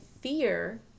fear